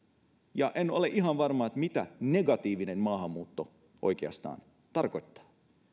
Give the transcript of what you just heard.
en ole ihan varma mitä negatiivinen maahanmuutto oikeastaan tarkoittaa